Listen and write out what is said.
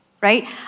right